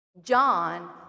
John